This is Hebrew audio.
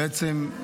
בעצם,